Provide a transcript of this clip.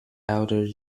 elder